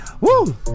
Woo